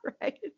right